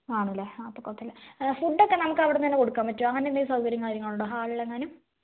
ആണല്ലേ അപ്പോൾ കുഴപ്പമില്ല ഫുഡൊക്കേ നമുക്ക് അവിടുന്ന് തന്നെ കൊടുക്കാൻ പറ്റുമോ അങ്ങനെന്തേലും സൗകര്യങ്ങൾ കാര്യങ്ങളോ ഉണ്ടോ ഹാളിലെങ്ങാനും